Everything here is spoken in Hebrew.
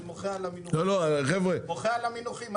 אני מוחה על המינוחים,